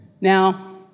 Now